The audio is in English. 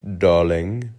darling